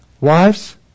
wives